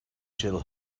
shall